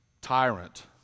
tyrant